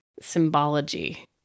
symbology